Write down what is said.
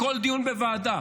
בכל דיון בוועדה,